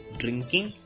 drinking